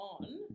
on